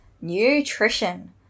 nutrition